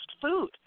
food